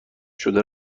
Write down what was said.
شده